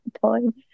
point